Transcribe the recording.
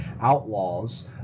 outlaws